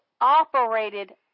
operated